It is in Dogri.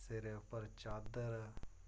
सिरै उप्पर चादर